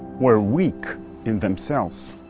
were weak in themselves,